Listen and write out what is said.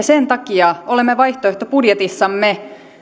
sen takia olemme vaihtoehtobudjetissamme